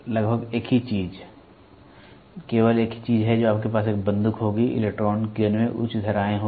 लगभग एक ही चीज केवल एक चीज है आपके पास एक बंदूक होगी इलेक्ट्रॉन किरण में उच्च धाराएं होंगी